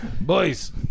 Boys